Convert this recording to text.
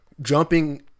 jumping